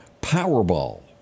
Powerball